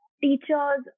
Teachers